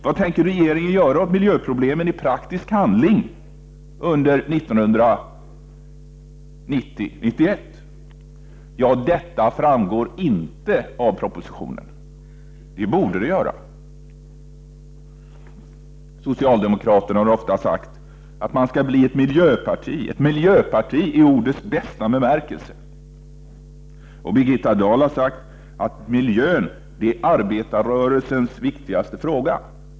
Vad tänker regeringen göra åt miljöproblemen i praktisk handling under 1990/91? Ja, detta framgår inte av propositionen, och det borde det göra. Socialdemokraterna har ofta sagt att de skall bli ett miljöparti i ordets bästa bemärkelse. Birgitta Dahl har sagt att miljön är arbetarrörelsens viktigaste fråga.